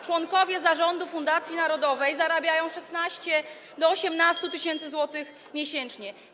członkowie zarządu fundacji narodowej zarabiają od 16 do 18 tys. zł [[Gwar na sali, dzwonek]] miesięcznie.